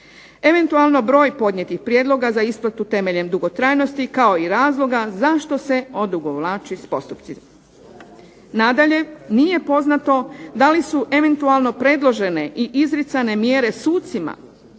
Eventualno broj podnijetih prijedloga za isplatu temeljem dugotrajnosti kao i razloga zašto se odugovlači s postupcima. Nadalje, nije poznato da li su eventualno predložene i izricane mjere sucima